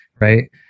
right